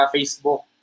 Facebook